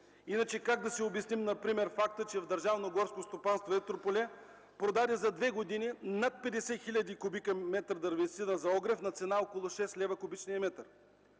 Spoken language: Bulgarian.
Иначе как да си обясним например факта, че Държавно горско стопанство – Етрополе, продаде за две години над 50 хил. кубически метра дървесина за огрев на цена около 6 лв. кубичния